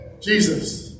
Jesus